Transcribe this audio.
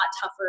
tougher